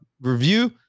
review